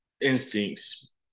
instincts